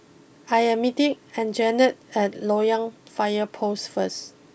I am meeting Anjanette at Loyang fire post first